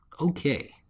Okay